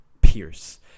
pierce